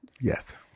Yes